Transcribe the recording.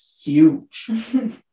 huge